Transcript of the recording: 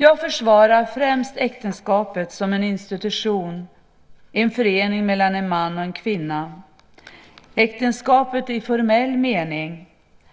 Jag försvarar främst äktenskapet som en institution, en förening mellan en man och en kvinna. Äktenskapet i formell mening